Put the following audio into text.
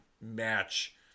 match